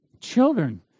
Children